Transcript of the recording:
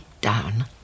down